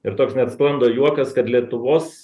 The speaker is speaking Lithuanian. ir toks net sklando juokas kad lietuvos